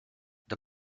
the